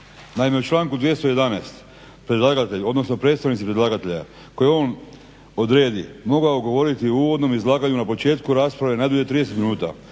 Naime u članku 211. predlagatelj odnosno predstavnici predlagatelja koje on odredi mogao govoriti u uvodnom izlaganju na početku rasprave najdulje 30 minuta,